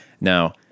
Now